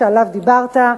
שעליו דיברת,